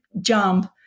jump